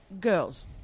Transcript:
girls